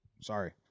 Sorry